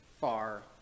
Far